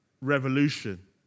revolution